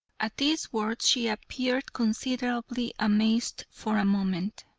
at these words she appeared considerably amazed for a moment,